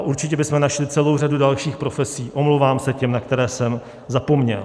Určitě bychom našli celou řadu dalších profesí, omlouvám se těm, na které jsem zapomněl.